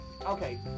Okay